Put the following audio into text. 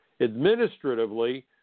Administratively